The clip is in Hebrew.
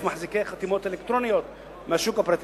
מחזיקי חתימות אלקטרוניות מהשוק הפרטי.